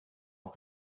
ont